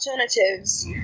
alternatives